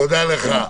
תודה לך.